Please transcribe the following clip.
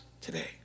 today